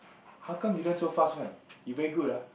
how come you learn so fast one you very good ah